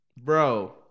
Bro